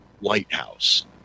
LIGHTHOUSE